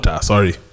sorry